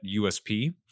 USP